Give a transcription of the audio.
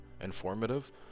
informative